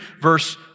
verse